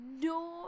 no